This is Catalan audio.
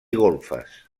golfes